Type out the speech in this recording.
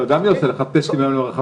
אתה יודע מי עושה לך היום טסטים לרכבים?